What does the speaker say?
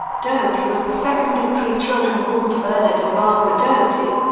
doherty was the second of three children born to bernard and barbara doherty.